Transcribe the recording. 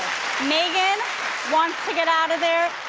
megyn wants to get out of there,